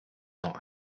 not